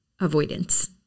avoidance